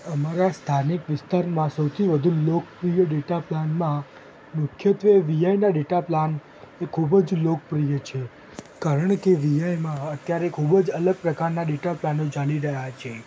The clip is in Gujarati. અમારે સ્થાનિક વિસ્તારમાં સૌથી વધુ લોકપ્રિય ડેટા પ્લાનમાં મુખ્યત્ત્વે વીઆઈના ડેટા પ્લાન ખૂબ જ લોકપ્રિય છે કારણ કે વીઆઈમાં અત્યારે ખૂબ જ અલગ પ્રકારના ડેટા પ્લાનો ચાલી રહ્યા છે